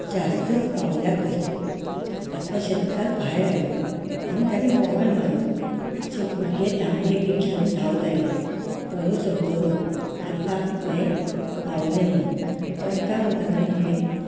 जास्तच बावल्याक दसलो आतां शेतकार भायर आयलो आनी ताणें बोवाळ मारलो ताचे भुरगे दांडे बी घेवन धांवत आयले कोलो समजलो आतां आपले पावलें म्हूण मरता मरताना ताणें म्हणलें